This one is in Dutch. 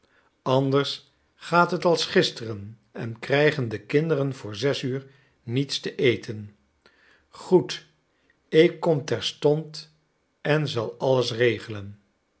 anders gaat het als gisteren en krijgen de kinderen voor zes uur niets te eten goed ik kom terstond en zal alles regelen